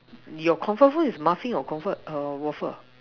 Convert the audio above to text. your comfort food is muffin or comfort err waffle